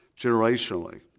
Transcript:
Generationally